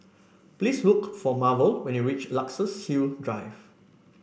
please look for Marvel when you reach Luxus Hill Drive